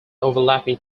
overlapping